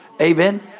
amen